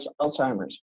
Alzheimer's